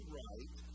right